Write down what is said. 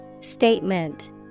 Statement